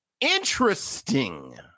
interesting